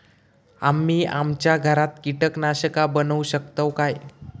आम्ही आमच्या घरात कीटकनाशका बनवू शकताव काय?